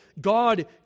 God